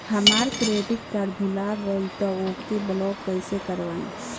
हमार credit card भुला गएल बा त ओके ब्लॉक कइसे करवाई?